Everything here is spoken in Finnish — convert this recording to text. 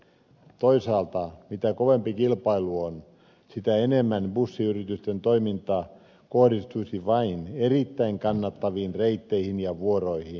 toisaalta mitä kovempi kilpailu on sitä enemmän bussiyritysten toiminta kohdistuisi vain erittäin kannattaviin reitteihin ja vuoroihin